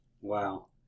Wow